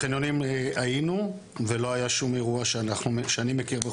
בחניונים היינו ולא היה שום אירוע רפואי שאני מכיר.